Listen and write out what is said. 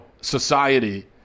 society